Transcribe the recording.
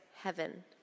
heaven